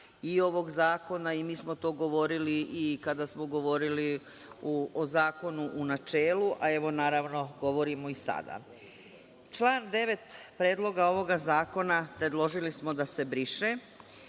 i ovog zakona i mi smo to govorili i kada smo govorili o zakonu u načelu, a evo, govorimo i sada. Član 9. Predloga ovog zakona predložili smo da se briše